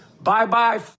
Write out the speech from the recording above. Bye-bye